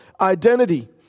identity